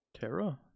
Terra